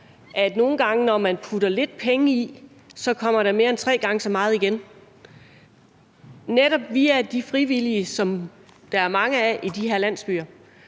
år. Nogle gange, når man putter lidt penge i, kommer der mere end tre gange så meget igen, netop via de frivillige, som der er mange af i de her landsbyer.